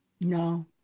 No